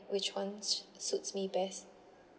which one su~ suits me best